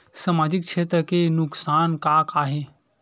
सामाजिक क्षेत्र के नुकसान का का हे?